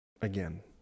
again